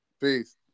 Peace